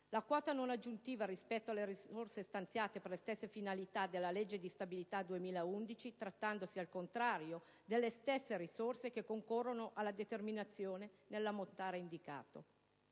una quota non aggiuntiva rispetto alle risorse stanziate per le stesse finalità della legge di stabilità 2011, trattandosi, al contrario, delle stesse risorse che concorrono alla determinazione nell'ammontare indicato.